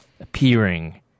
appearing